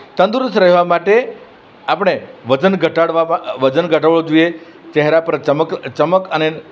તંદુરસ્ત રહેવા માટે આપણે વજન ઘટાડવામાં વજન ઘટાડવો જોઈએ ચહેરા પર ચમક ચમક અને